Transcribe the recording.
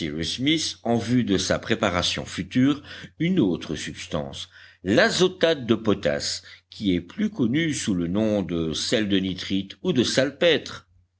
smith en vue de sa préparation future une autre substance l'azotate de potasse qui est plus connu sous le nom de sel de nitrite ou de salpêtre